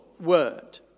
word